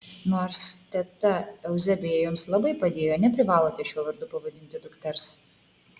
nors teta euzebija jums labai padėjo neprivalote šiuo vardu pavadinti dukters